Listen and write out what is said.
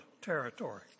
territory